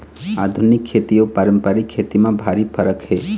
आधुनिक खेती अउ पारंपरिक खेती म भारी फरक हे